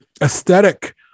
aesthetic